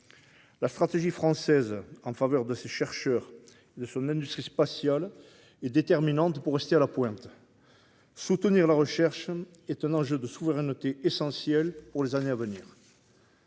La stratégie française en faveur de ses chercheurs et de son industrie spatiale est déterminante pour rester en pointe. Soutenir la recherche est un enjeu de souveraineté essentiel dans la perspective